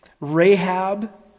Rahab